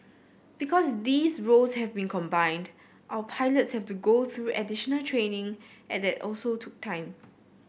because these roles have been combined our pilots have to go through additional training and that also took time